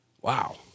Wow